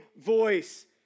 voice